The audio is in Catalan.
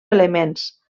elements